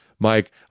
Mike